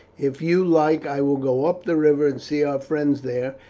if you like i will go up the river and see our friends there,